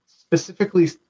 specifically